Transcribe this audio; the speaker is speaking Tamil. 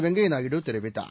வெங்கைய நாயுடு தெரிவித்தார்